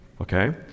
Okay